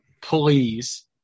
Please